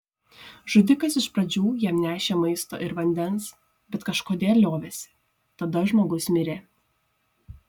žudikas iš pradžių jam nešė maisto ir vandens bet kažkodėl liovėsi tada žmogus mirė